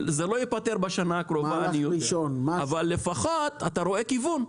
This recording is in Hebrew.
זה לא ייפתר בשנה הקרובה, אבל לפחות שנראה כיוון.